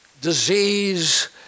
Disease